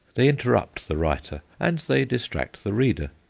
they interrupt the writer, and they distract the reader.